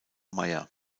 meyer